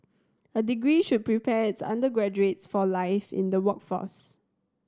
a degree should prepare its undergraduates for life in the workforce